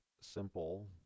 simple